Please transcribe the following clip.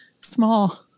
small